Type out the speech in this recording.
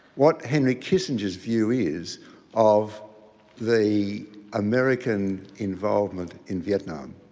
what henry kissinger's view is of the american involvement in vietnam.